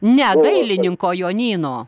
ne dailininko jonyno